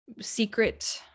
secret